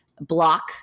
block